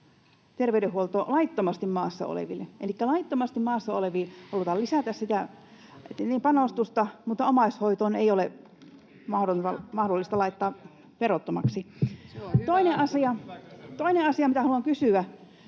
terveydenhuoltoon laittomasti maassa oleville. Elikkä laittomasti maassa oleviin halutaan lisätä panostusta, mutta omaishoitoa ei ole mahdollista laittaa verottomaksi. [Veronika Honkasalo: Eikö